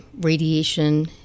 radiation